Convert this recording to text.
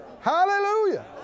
Hallelujah